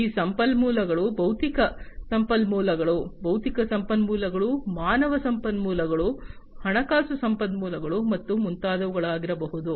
ಈ ಸಂಪನ್ಮೂಲಗಳು ಭೌತಿಕ ಸಂಪನ್ಮೂಲಗಳು ಬೌದ್ಧಿಕ ಸಂಪನ್ಮೂಲಗಳು ಮಾನವ ಸಂಪನ್ಮೂಲಗಳು ಹಣಕಾಸು ಸಂಪನ್ಮೂಲಗಳು ಮತ್ತು ಮುಂತಾದವುಗಳಾಗಿರಬಹುದು